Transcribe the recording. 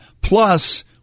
Plus